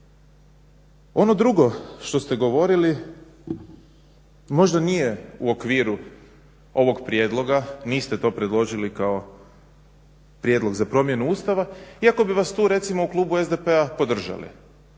Ono drugo što ste govorili možda nije u okviru ovog prijedloga, niste to predložili kao prijedlog za promjenu Ustava iako bi vas tu recimo u klubu SDP-a podržali.